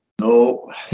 No